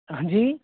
हाँ जी